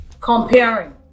comparing